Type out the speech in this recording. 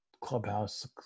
clubhouse